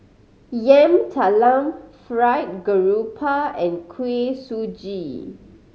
Yam Talam fried grouper and Kuih Suji